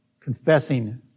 confessing